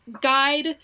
guide